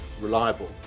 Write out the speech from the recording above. reliable